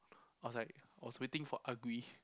I was like I was waiting for Agri